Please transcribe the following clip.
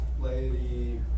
Lady